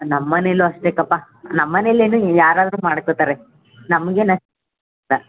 ನಮ್ಮ ಮನೇಲೂ ಅಷ್ಟೇ ಕಪ್ಪ ನಮ್ಮ ಮನೇಲಿ ಏನು ಯಾರಾದರೂ ಮಾಡ್ಕೊತಾರೆ ನಮ್ಗೇನು